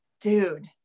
dude